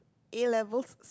A-levels